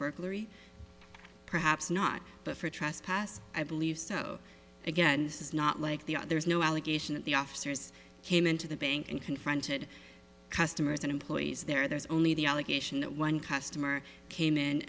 burglary perhaps not but for trespass i believe so again this is not like the there's no allegation that the officers came into the bank and confronted customers and employees there there's only the allegation that one customer came in